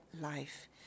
life